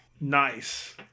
Nice